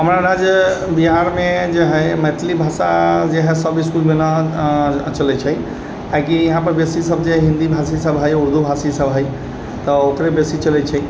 हमरा जे बिहारमे जे हइ मैथिली भाषा जे हइ सब इसकुलमे नहि चलै छै काहे कि यहाँपर बेसी सब जे हिन्दी भाषी सब हइ उर्दू भाषी सब हइ तऽ ओकरे बेसी चलै छै